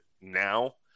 Now